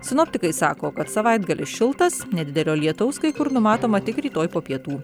sinoptikai sako kad savaitgalis šiltas nedidelio lietaus kai kur numatoma tik rytoj po pietų